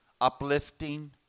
uplifting